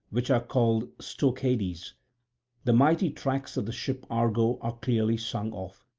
which are called stoechades, the mighty tracks of the ship argo are clearly sung of?